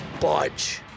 budge